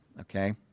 Okay